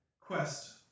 quest